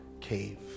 cave